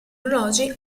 orologi